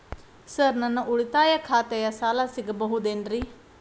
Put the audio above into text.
Sir ನನ್ನ ಉಳಿತಾಯ ಖಾತೆಯ ಸಾಲ ಸಿಗಬಹುದೇನ್ರಿ?